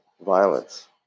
violence